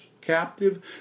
captive